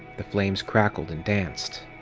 the flames crackled and danced.